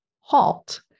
halt